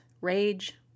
rage